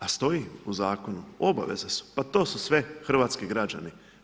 A stoji u zakonu, obaveze su, pa to su sve hrvatski građani.